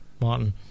Martin